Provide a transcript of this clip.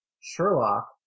Sherlock